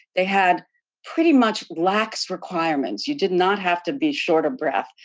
they had pretty much lax requirements. you did not have to be short of breath.